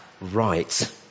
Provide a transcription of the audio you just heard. right